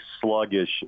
sluggish